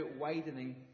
widening